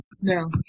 No